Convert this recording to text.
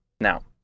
Now